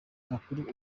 makuru